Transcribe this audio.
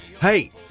hey